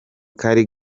kari